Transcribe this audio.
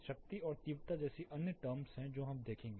शक्ति और तीव्रता जैसी अन्य टर्म्स हैं जो हम देखेंगे